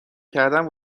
کردن